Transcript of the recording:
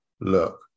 look